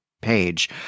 page